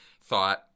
thought